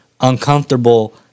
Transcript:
uncomfortable